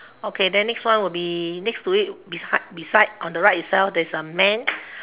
okay then next one will be next to it beside beside on the right itself there is man